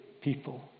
people